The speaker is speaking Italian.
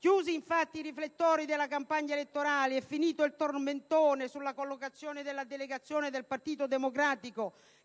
Si sono infatti chiusi i riflettori della campagna elettorale ed è finito il tormentone sulla collocazione della delegazione del Partito Democratico,